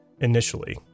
initially